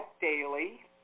daily